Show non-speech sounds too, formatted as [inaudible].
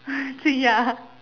[laughs] to ya